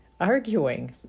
arguing